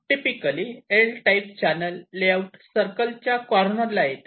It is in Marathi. typically L type channel layout सर्कलच्या कॉर्नर ला येते